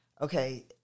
Okay